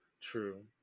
True